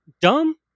dumb